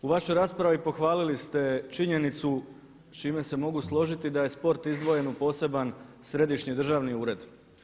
U vašoj raspravi pohvalili ste činjenicu s čime se mogu složiti da je sport izdvojen u poseban središnji državni ured.